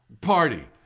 party